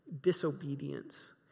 disobedience